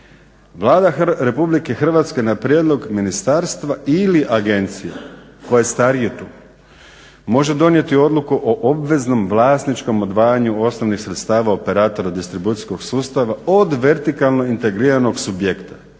Vlada Republike Hrvatske na prijedlog ministarstva ili agencija koje je starije tu može donijeti odluku o obveznom vlasničkom odvajanju osnovnih sredstava operatora distribucijskog sustava od vertikalno integriranog subjekta